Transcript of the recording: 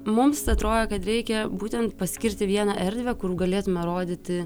mums atrodė kad reikia būtent paskirti vieną erdvę kur galėtume rodyti